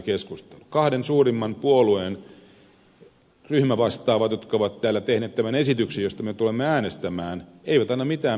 niiden kahden suurimman puolueen ryhmävastaavat jotka ovat täällä tehneet tämän esityksen josta me tulemme äänestämään eivät anna mitään perusteita